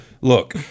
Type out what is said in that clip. Look –